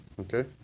Okay